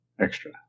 extra